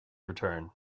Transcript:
return